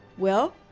well,